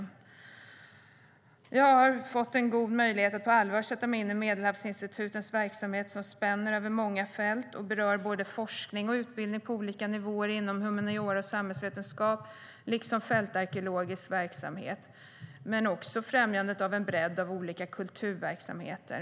Jag har fått god möjlighet att på allvar sätta mig in i Medelhavsinstitutens verksamhet, som spänner över många fält och berör både forskning och utbildning på olika nivåer inom humaniora och samhällsvetenskap, liksom fältarkeologisk verksamhet men också främjande av en bredd av olika kulturverksamheter.